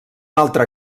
altre